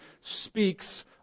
speaks